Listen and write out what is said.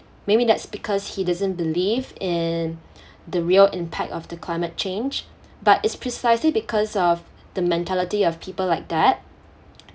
maybe that's because he doesn't believe in the real impact of the climate change but it's precisely because of the mentality of people like that